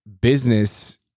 business